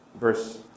Verse